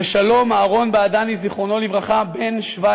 ושלום אהרן בעדני, זיכרונו לברכה, בן 17,